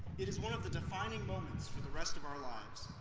it is one of the defining moments for the rest of our lives,